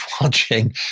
watching